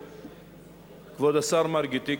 כבוד השר מרגי,